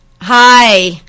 hi